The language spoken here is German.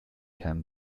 herrn